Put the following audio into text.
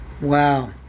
Wow